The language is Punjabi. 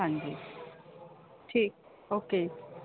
ਹਾਂਜੀ ਠੀਕ ਓਕੇ ਜੀ